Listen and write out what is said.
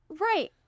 right